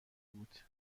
بود